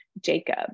Jacob